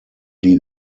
die